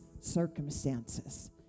circumstances